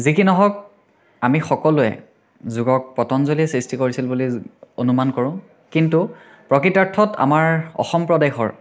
যি কি নহওক আমি সকলোৱে যোগক পতঞ্জলীয়ে সৃষ্টি কৰিছিল বুলি অনুমান কৰোঁ কিন্তু প্ৰকৃতাৰ্থত আমাৰ অসম প্ৰদেশৰ